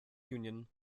union